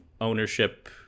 ownership